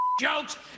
jokes